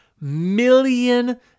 million